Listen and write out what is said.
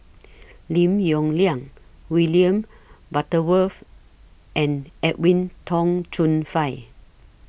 Lim Yong Liang William Butterworth and Edwin Tong Chun Fai